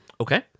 Okay